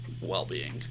well-being